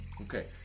Okay